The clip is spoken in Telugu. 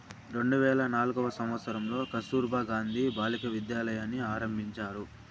రెండు వేల నాల్గవ సంవచ్చరంలో కస్తుర్బా గాంధీ బాలికా విద్యాలయని ఆరంభించారు